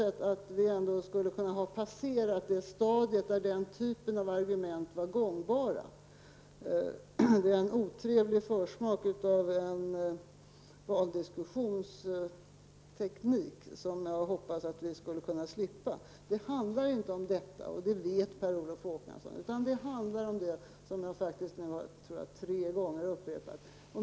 Men har vi inte passerat det stadium där den typen av argument var gångbara? Det här ger en otrevlig försmak av vilken valdiskussionsteknik som kan väntas, men som jag hade hoppats att vi skulle slippa. Men, Per Olof Håkansson, det handlar om helt andra saker. Och det vet Per Olof Håkansson. Jag tror att jag har upprepat tre gånger vad det handlar om.